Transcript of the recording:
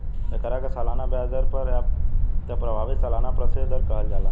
एकरा के सालाना ब्याज दर या त प्रभावी सालाना प्रतिशत दर कहल जाला